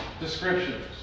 descriptions